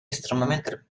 estremamente